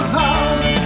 house